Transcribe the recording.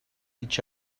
each